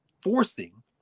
forcing